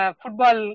football